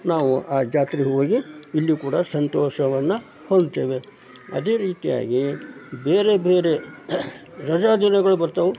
ನಾವು ಆ ಜಾತ್ರೆಗೆ ಹೋಗಿ ಇಲ್ಲಿ ಕೂಡ ಸಂತೋಷವನ್ನು ಹೊಂದ್ತೇವೆ ಅದೇ ರೀತಿಯಾಗಿ ಬೇರೆ ಬೇರೆ ರಜಾ ದಿನಗಳು ಬರ್ತಾವೆ